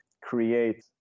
create